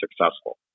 successful